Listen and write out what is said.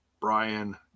Brian